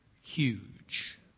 Huge